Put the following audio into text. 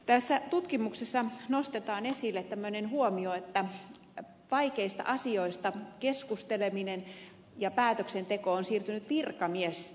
tässä tutkimuksessa nostetaan esille tämmöinen huomio että vaikeista asioista keskusteleminen ja päätöksenteko on siirtynyt virkamiesten haltuun